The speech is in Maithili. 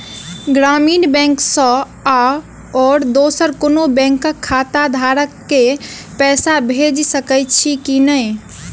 ग्रामीण बैंक सँ आओर दोसर कोनो बैंकक खाताधारक केँ पैसा भेजि सकैत छी की नै?